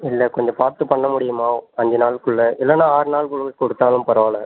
இல்லை கொஞ்சம் பார்த்து பண்ண முடியுமா அஞ்சு நாளுக்குள்ள இல்லன்னா ஆறு நாளுக்குள்ள கொடுத்தாலும் பரவால்ல